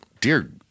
dear